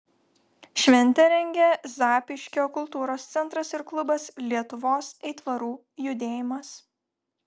šventę rengia zapyškio kultūros centras ir klubas lietuvos aitvarų judėjimas